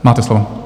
Máte slovo.